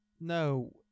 No